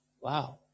Wow